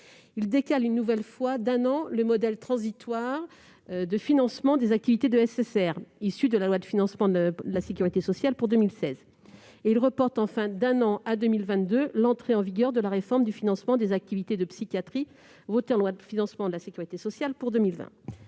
aussi, une nouvelle fois, d'un an le modèle transitoire de financement des activités de SSR, issu de la loi de financement de la sécurité sociale pour 2016. Enfin, il reporte d'un an, à 2022, l'entrée en vigueur de la réforme du financement des activités de psychiatrie votée en loi de financement de la sécurité sociale pour 2020.